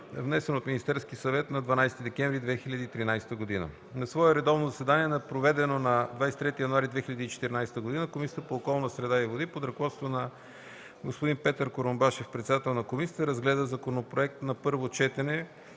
внесен от Министерския съвет на 12 декември 2013 г. На свое редовно заседание, проведено на 23 януари 2014 г., Комисията по околната среда и водите, под ръководството на господин Петър Курумбашев – председател на Комисията, разгледа на първо четене